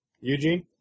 Eugene